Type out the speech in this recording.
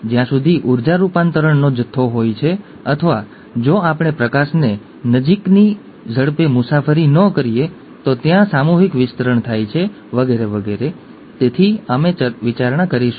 એ વારસાગત અવ્યવસ્થા છે એક ખાસ પ્રકારનો વારસાગત વિકાર છે જે આપણે પછી જોઈશું